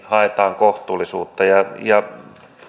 haetaan kohtuullisuutta ja ja